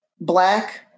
Black